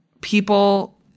People